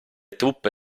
truppe